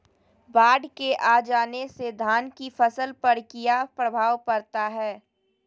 बाढ़ के आ जाने से धान की फसल पर किया प्रभाव पड़ता है?